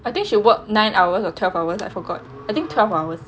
I think should work nine hours or twelve hours I forgot I think twelve hours